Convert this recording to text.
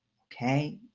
ok?